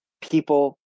people